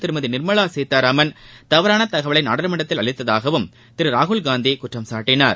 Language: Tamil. திருமதி நிர்மலா சீதாராமன் தவறான தகவலை நாடாளுமன்றத்தில் அளித்துள்ளதாகவும் திரு ராகுல்காந்தி குற்றம் சாட்டினார்